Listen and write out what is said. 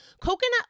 coconut